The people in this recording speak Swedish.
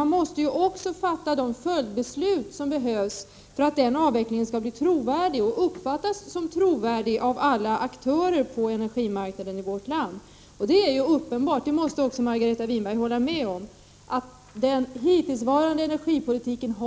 Man måste också fatta de följdbeslut som behövs för att avvecklingen skall bli trovärdig och uppfattas som trovärdig av alla aktörer på energimarknaden i vårt land. Margareta Winberg måste hålla med om att det är uppenbart att den hittillsvarande energipolitiken inte